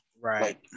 Right